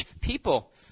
people